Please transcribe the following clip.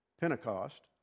Pentecost